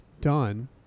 done